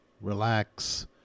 relax